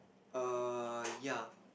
err ya